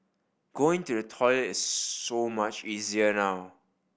going to the toilet is so much easier now